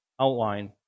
outline